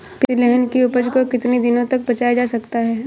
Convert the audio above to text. तिलहन की उपज को कितनी दिनों तक बचाया जा सकता है?